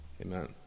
Amen